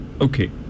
okay